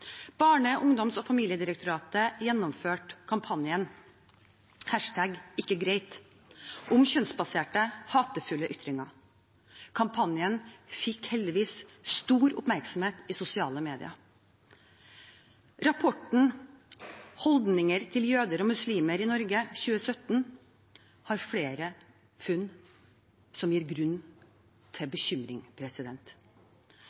ungdoms- og familiedirektoratet gjennomførte kampanjen #ikkegreit om kjønnsbaserte hatefulle ytringer. Kampanjen fikk heldigvis stor oppmerksomhet i sosiale medier. Rapporten Holdninger til jøder og muslimer i Norge 2017 har flere funn som gir grunn til